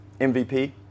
MVP